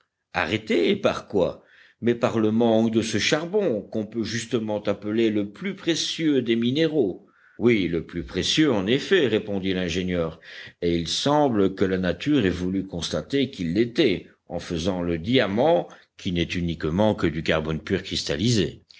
arrêté et par quoi mais par le manque de ce charbon qu'on peut justement appeler le plus précieux des minéraux oui le plus précieux en effet répondit l'ingénieur et il semble que la nature ait voulu constater qu'il l'était en faisant le diamant qui n'est uniquement que du carbone pur cristallisé